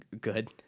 Good